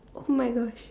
!oh-my-gosh!